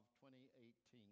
2018